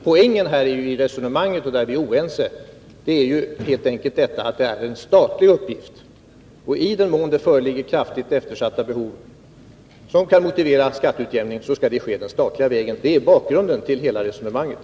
Poängen i resonemanget — på Nr 28 den punkten är vi oense — är helt enkelt att det är fråga om en statlig utgift. I Onsdagen den den mån det föreligger kraftigt eftersatta behov som kan motivera en 17 november 1982 skatteutjämning, skall en sådan ske den statliga vägen. Det är bakgrunden till hela resonemanget.